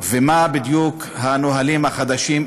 מה הם בדיוק הנהלים החדשים,